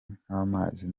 nk’amazi